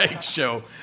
show